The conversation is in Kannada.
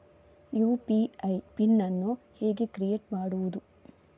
ಯು.ಪಿ.ಐ ಪಿನ್ ಅನ್ನು ಹೇಗೆ ಕ್ರಿಯೇಟ್ ಮಾಡುದು?